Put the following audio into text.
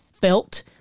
felt